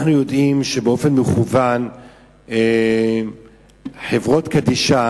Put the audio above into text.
אנחנו יודעים שבאופן מכוון חברות קדישא